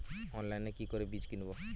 অনলাইনে কি করে বীজ কিনব?